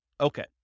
Okay